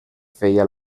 feia